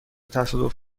تصادف